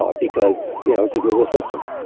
ah because you know it's a google system.